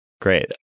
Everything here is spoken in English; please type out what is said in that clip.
Great